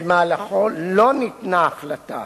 שבמהלכו לא ניתנה החלטה